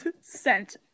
Sent